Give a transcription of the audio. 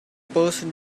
person